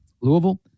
Louisville